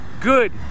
good